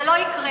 זה לא יקרה.